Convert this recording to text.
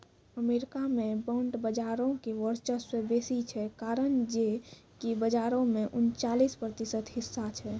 America मे bond बजारो के वर्चस्व बेसी छै, कारण जे कि बजारो मे उनचालिस प्रतिशत हिस्सा छै